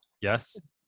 Yes